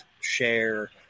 share